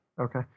Okay